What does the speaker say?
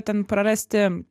ten prarasti